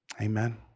Amen